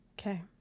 Okay